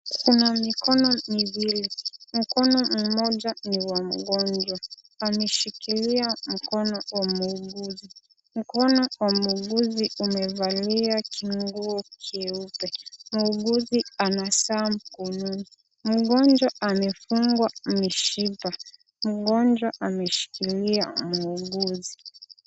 Kuna mikono miwili, mkono mmoja ni wa mgonjwa ameshikilia mkono wa muuguzi, mkono wa muuguzi umevalia kiguo cheupe, muuguzi ana saa mkononi, mgonjwa anafungwa mishipa, mgonjwa ameshikilia muuguzi.